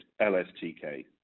LSTK